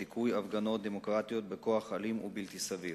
דיכוי הפגנות דמוקרטיות בכוח אלים ובלתי סביר.